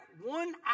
one